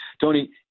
Tony